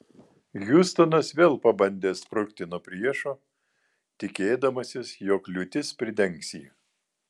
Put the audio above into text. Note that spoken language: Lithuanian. hiustonas vėl pabandė sprukti nuo priešo tikėdamasis jog liūtis pridengs jį